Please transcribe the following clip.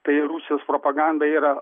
tai rusijos propagandai yra